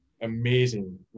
amazing